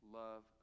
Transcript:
love